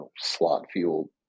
slot-fueled